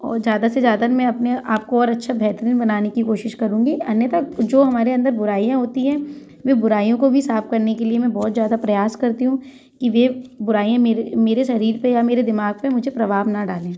और ज़्यादा से ज़्यादा मैं अपने आप को और अच्छा बेहतरीन बनाने की कोशिश करूँगी अन्यथा जो हमारे अंदर बुराईयाँ होती हैं वे बुराइयों को भी साफ करने के लिए मैं बहुत ज़्यादा प्रयास करती हूँ कि वे बुराईयाँ मेरे मेरे शरीर पे या मेरे दिमाग पे मुझे प्रभाव ना डालें